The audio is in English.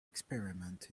experiment